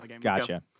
Gotcha